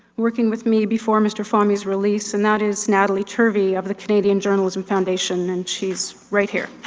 working with me before mr. fahmy's release, and that is natalie turvey of the canadian journalism foundation, and she's right here.